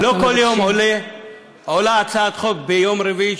לא כל יום עולה הצעת חוק ביום רביעי,